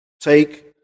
take